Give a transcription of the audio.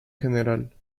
general